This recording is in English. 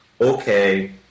okay